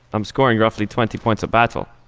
i'm scoring roughly twenty points a battle